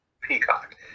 Peacock